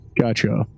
Gotcha